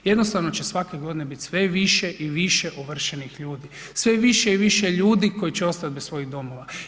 Jednostavno će svake godine biti sve više i više ovršenih ljudi, sve više i više ljudi koji će ostati bez svojih domova.